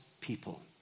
people